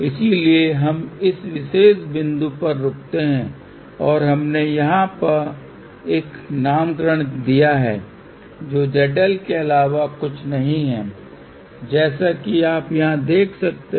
इसलिए हम इस विशेष बिंदु पर रुकते हैं और हमने यहाँ एक नामकरण दिया है जो ZL के अलावा कुछ नहीं है जैसा कि आप यहाँ देख सकते हैं